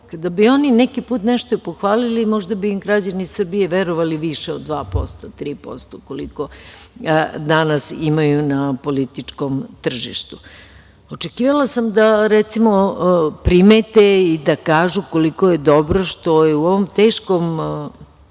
Kada bi oni neki pun nešto pohvalili možda im građani Srbije verovali više od dva, tri posto koliko danas imaju na političkom tržištu. Očekivala sam da, recimo, primete i da kažu koliko je dobro što je u ovom teškom dobu